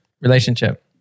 Relationship